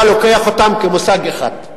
אתה לוקח אותן כמושג אחד,